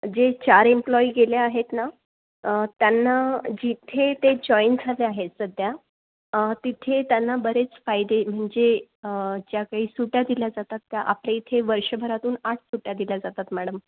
जे चार एम्प्लॉयी गेले आहेत ना त्यांना जिथे ते जॉईन झाले आहेत सध्या तिथे त्यांना बरेच फायदे म्हणजे ज्या काही सुट्ट्या दिल्या जातात त्या आपल्या इथे वर्षभरातून आठ सुट्ट्या दिल्या जातात मॅडम